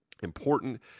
Important